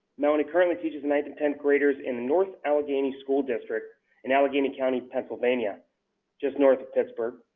melanie currently teaches ninth and tenth graders in north allegheny school district in allegheny county, pennsylvania just north of pittsburgh.